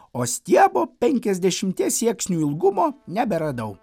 o stiebo penkiasdešimties sieksnių ilgumo neberadau